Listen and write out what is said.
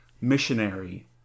missionary